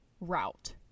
route